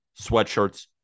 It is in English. sweatshirts